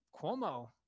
Cuomo